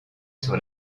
sur